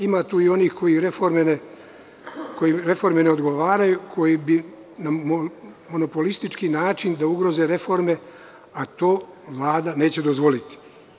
Ima tu i onih kojima reforme ne odgovaraju, koji bi na monopolistički način da ugroze reforme, ali, to Vlada neće dozvoliti.